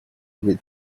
read